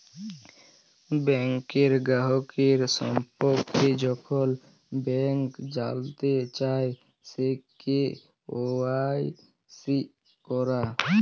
ব্যাংকের গ্রাহকের সম্পর্কে যখল ব্যাংক জালতে চায়, সে কে.ওয়াই.সি ক্যরা